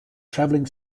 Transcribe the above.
traveling